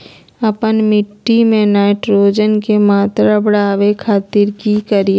आपन मिट्टी में नाइट्रोजन के मात्रा बढ़ावे खातिर की करिय?